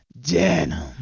Denim